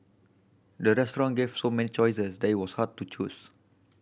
the restaurant gave so many choices that it was hard to choose